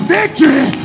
victory